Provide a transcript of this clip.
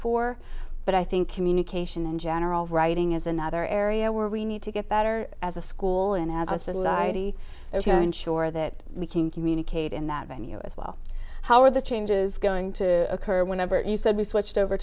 for but i think communication in general writing is another area where we need to get better as a school and as a society to ensure that we can communicate in that venue as well how are the changes going to occur whenever you said we switched over